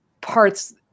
parts